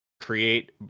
create